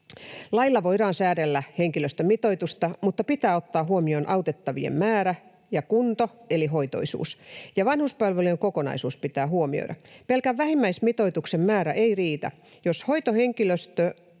Lailla voidaan säädellä henkilöstömitoitusta, mutta pitää ottaa huomioon autettavien määrä ja kunto eli hoitoisuus, ja vanhuspalvelujen kokonaisuus pitää huomioida. Pelkän vähimmäismitoituksen määrä ei riitä. Jos hoitohenkilöstömitoitus